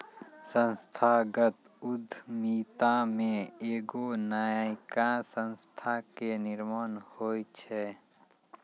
संस्थागत उद्यमिता मे एगो नयका संस्था के निर्माण होय छै